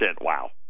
Wow